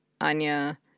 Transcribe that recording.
Anya